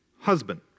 husband